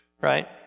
right